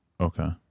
Okay